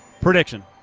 Prediction